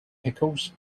pickles